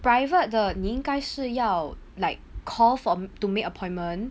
private 的你应该是要 like call for to make appointment